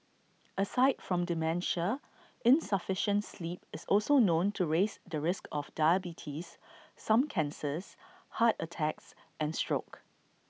aside from dementia insufficient sleep is also known to raise the risk of diabetes some cancers heart attacks and stroke